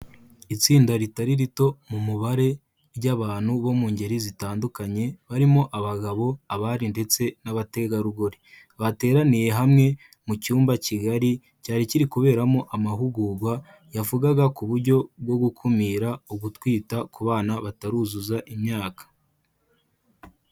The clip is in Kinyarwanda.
Itsinda ritari rito mu mubare ry'abantu bo mu ngeri zitandukanye, barimo abagabo, abari ndetse n'abategarugori, bateraniye hamwe mu cyumba kigari cyari kiri kuberamo amahugurwa yavugaga ku buryo bwo gukumira ku gutwita ku bana bataruzuza imyaka.